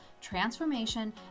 transformation